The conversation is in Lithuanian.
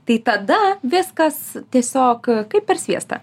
tai tada viskas tiesiog kaip per sviestą